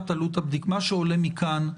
קודם כול מה שעולה מכאן,